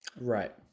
Right